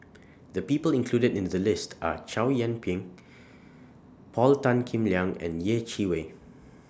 The People included in The list Are Chow Yian Ping Paul Tan Kim Liang and Yeh Chi Wei